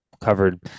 covered